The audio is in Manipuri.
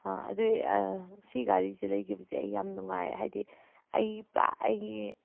ꯑꯗꯨ ꯁꯤ ꯘꯥꯔꯤꯁꯦ ꯂꯩꯈꯤꯕꯁꯦ ꯑꯩ ꯌꯥꯝ ꯅꯨꯡꯉꯥꯏ ꯍꯥꯏꯗꯤ ꯑꯩꯒꯤ ꯄꯨꯔꯥ ꯑꯩꯒꯤ